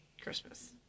Christmas